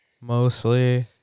mostly